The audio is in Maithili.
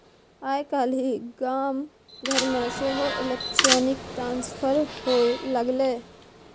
आय काल्हि गाम घरमे सेहो इलेक्ट्रॉनिक ट्रांसफर होए लागलै